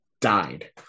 died